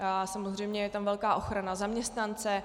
Samozřejmě je tam velká ochrana zaměstnance.